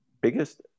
biggest